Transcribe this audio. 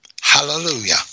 Hallelujah